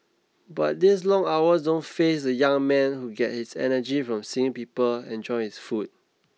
but these long hours don't faze the young man who get his energy from seeing people enjoy his food